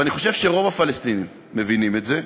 ואני חושב שרוב הפלסטינים מבינים את זה,